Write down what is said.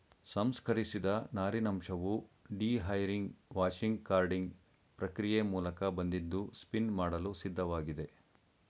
ಸಂಸ್ಕರಿಸಿದ ನಾರಿನಂಶವು dehairing washing carding ಪ್ರಕ್ರಿಯೆ ಮೂಲಕ ಬಂದಿದ್ದು ಸ್ಪಿನ್ ಮಾಡಲು ಸಿದ್ಧವಾಗಿದೆ